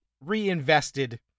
reinvested